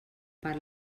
per